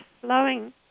flowing